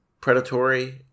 predatory